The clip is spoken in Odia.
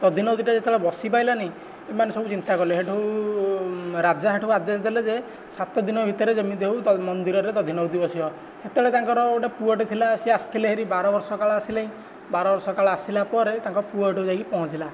ଦଧିନଉତି ଟା ଯେତେବେଳେ ବସିପାରିଲାନି ଏମାନେ ସବୁ ଚିନ୍ତା କଲେ ସେ'ଠୁ ରାଜା ସେ'ଠୁ ବାଧ୍ୟ ହେଇ କହିଲେ ଯେ ସାତ ଦିନ ଭିତରେ ଯେମିତି ହେଉ ମନ୍ଦିରରେ ଦଧିନଉତି ବସିବ ସେତେବେଳେ ତାଙ୍କର ଗୋଟେ ପୁଅଟେ ଥିଲା ସେ ଆସିଥିଲେ ବାହାରି ବାରବର୍ଷ କାଳ ଆସିଲେ ବାରବର୍ଷ କାଳ ଆସିଲାପରେ ତାଙ୍କ ପୁଅ ସେ'ଠୁ ଯାଇ ପହଞ୍ଚିଲା